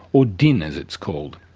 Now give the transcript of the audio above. or din as it's called.